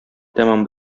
тәмам